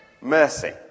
mercy